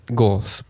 goals